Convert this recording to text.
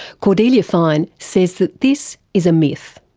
cordelia fine says that this is a myth.